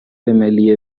ملی